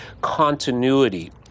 continuity